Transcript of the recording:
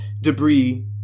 debris